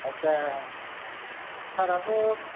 आदसा सारआथ'